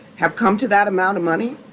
have come to that amount of money